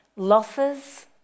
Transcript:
Losses